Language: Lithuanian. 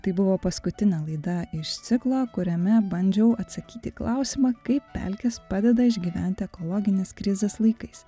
tai buvo paskutinė laida iš ciklo kuriame bandžiau atsakyt į klausimą kaip pelkės padeda išgyventi ekologinės krizės laikais